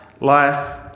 life